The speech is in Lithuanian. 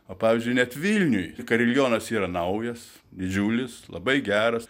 o pavyzdžiui net vilniuj karilionas yra naujas didžiulis labai geras